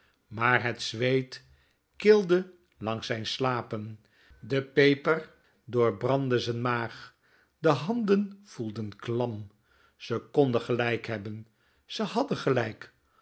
maar het zweet kilde langs zijn slapen de peper doorbrandde z'n maag de handen voelden klam ze konden gelijk hebben ze hadden gelijk